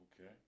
Okay